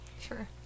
Sure